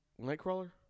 Nightcrawler